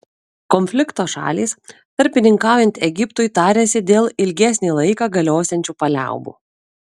konflikto šalys tarpininkaujant egiptui tariasi dėl ilgesnį laiką galiosiančių paliaubų